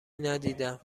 ندیدم